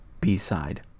B-side